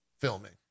filming